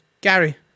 Gary